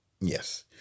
Yes